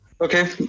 Okay